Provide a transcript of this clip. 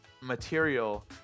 material